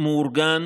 מאורגן